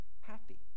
happy